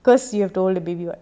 because you have hold the baby what